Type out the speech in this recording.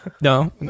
No